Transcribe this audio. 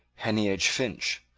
heneage finch,